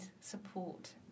support